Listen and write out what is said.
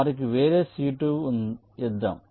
వారికి వేరే C2 ఇద్దాం